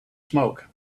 smoke